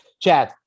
Chad